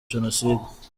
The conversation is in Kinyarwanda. jenoside